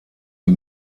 die